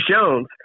Jones